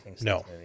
no